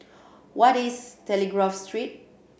what is Telegraph Street